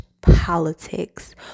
politics